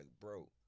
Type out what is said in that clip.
bro